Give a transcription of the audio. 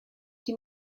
die